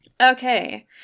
Okay